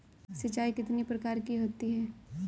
सिंचाई कितनी प्रकार की होती हैं?